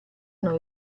non